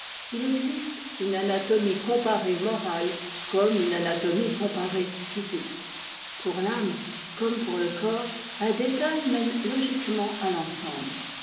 il existe une anatomie comparée morale comme une anatomie comparée physique pour l'âme comme pour le corps un détail mène logiquement à l'ensemble